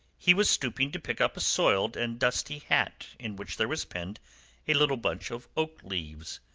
he was stooping to pick up a soiled and dusty hat in which there was pinned a little bunch of oak leaves.